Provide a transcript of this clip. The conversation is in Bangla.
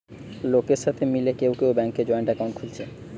লোকের সাথে মিলে কেউ কেউ ব্যাংকে জয়েন্ট একাউন্ট খুলছে